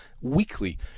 weekly